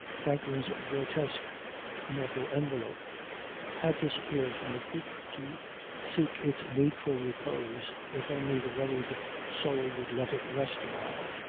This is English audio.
franklin's grotesque mortal envelope had disappeared from the poop to seek its needful repose, if only the worried soul would let it rest a while.